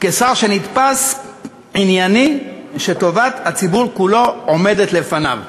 כשר שנתפס ענייני, שטובת הציבור כולו עומדת לפניו,